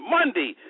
Monday